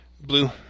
Blue